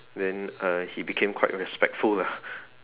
then uh he became quite respectful lah